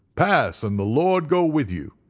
pass, and the lord go with you,